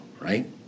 right